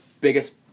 biggest